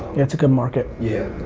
it's a good market. yeah,